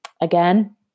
again